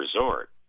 Resort